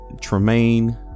tremaine